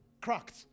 Cracked